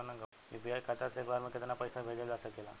UPI खाता से एक बार म केतना पईसा भेजल जा सकेला?